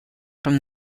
from